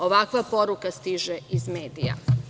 Ovakva poruka stiže iz medija.